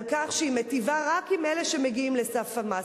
כך שהיא מטיבה רק עם אלה שמגיעים לסף המס.